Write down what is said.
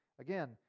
Again